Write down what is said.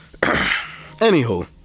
Anywho